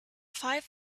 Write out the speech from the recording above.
five